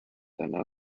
einer